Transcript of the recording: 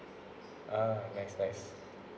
ah nice nice